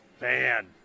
Man